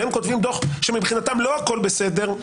והם כותבים דוח שמבחינתם לא הכול בסדר,